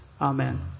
Amen